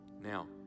now